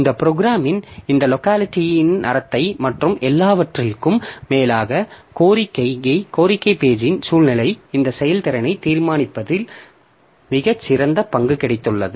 இந்த ப்ரோக்ராம் இந்த லோக்காலிட்டி நடத்தை மற்றும் எல்லாவற்றிற்கும் மேலாக கோரிக்கை பேஜிங் சூழ்நிலையின் இந்த செயல்திறனை தீர்மானிப்பதில் மிகச் சிறந்த பங்கு கிடைத்துள்ளது